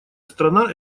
страна